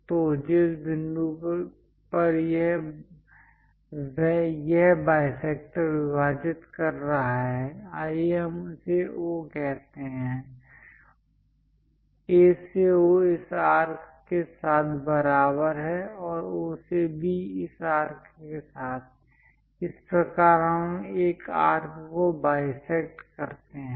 तो जिस बिंदु पर यह बाईसेक्टर विभाजित कर रहा है आइए हम इसे O कहते हैं A से O इस आर्क के साथ बराबर है O से B इस आर्क के साथ इस प्रकार हम एक आर्क को बाईसेक्ट करते हैं